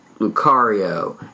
Lucario